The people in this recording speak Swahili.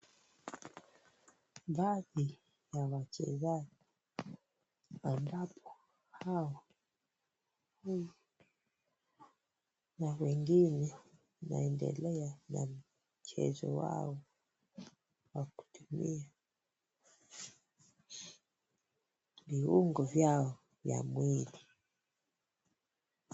Baadhi ya wachezaji ambapo hawa wengi na wengne inaendelea uwanjani. Mchezo wao wa kutumia viungo vyao vya mwili.